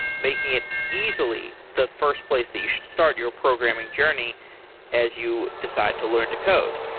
making it easily the first place that you should start your programming journey as you decide to learn to code.